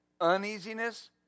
uneasiness